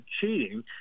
cheating